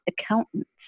accountants